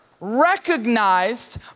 recognized